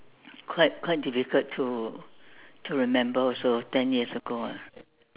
quite quite difficult to to remember also ten years ago ah